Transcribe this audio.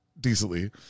decently